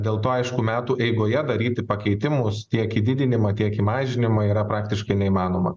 dėl to aišku metų eigoje daryti pakeitimus tiek į didinimą tiek į mažinimą yra praktiškai neįmanoma